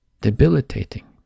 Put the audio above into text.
debilitating